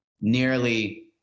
nearly